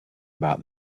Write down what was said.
about